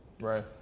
Right